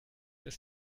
ist